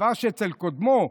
דבר שאצל קודמו,